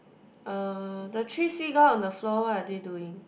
uh the three seagull on the floor what are they doing